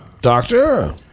doctor